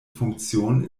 funktion